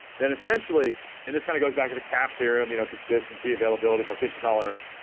then essentially and this kind of goes back to the cap theorem you know consistency, availability, partition, tolerance.